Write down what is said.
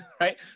right